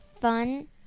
fun